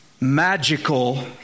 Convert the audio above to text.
magical